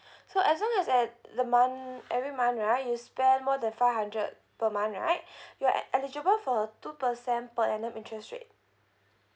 so as long as at the month every month right you spend more than five hundred per month right you are e~ eligible for a two percent per annum interest rate